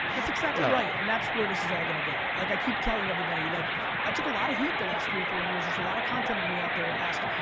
that's exactly right, and that's where this is all gonna go. like i keep telling everybody, like i took a lot of heat the last three or four years. there's a lot of content of me out there asked,